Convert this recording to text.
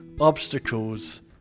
obstacles